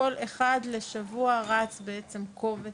אחד לשבוע רץ בעצם קובץ,